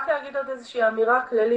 רק להגיד עוד איזה שהיא אמירה כללית,